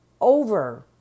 over